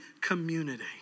community